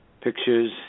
pictures